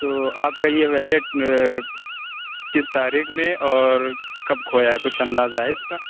تو آپ کا یہ ویلٹ کس تاریخ میں اور کب کھویا ہے کچھ اندازہ ہے اِس کا